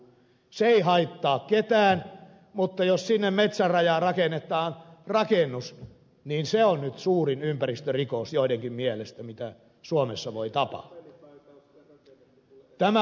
tuulivoimapuisto ei haittaa ketään mutta jos sinne metsänrajaan rakennetaan rakennus niin se on nyt joidenkin mielestä suurin ympäristörikos mitä suomessa voi tapahtua